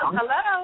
Hello